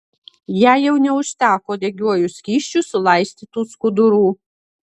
jai jau neužteko degiuoju skysčiu sulaistytų skudurų